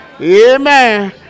Amen